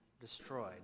Destroyed